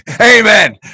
Amen